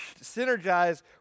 synergize